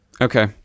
Okay